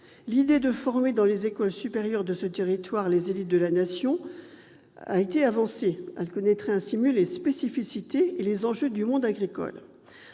l'idée de former dans les écoles supérieures de ce territoire les élites de la Nation a été avancée. Cela leur permettrait de mieux connaître les spécificités et les enjeux du monde agricole.